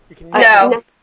No